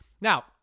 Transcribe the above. Now